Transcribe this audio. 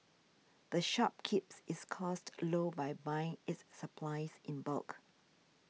the shop keeps its costs low by buying its supplies in bulk